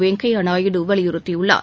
வெங்கைய நாயுடு வலியுறுத்தியுள்ளார்